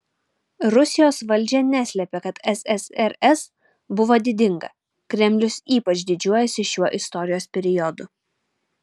rusijos valdžia neslepia kad ssrs buvo didinga kremlius ypač didžiuojasi šiuo istorijos periodu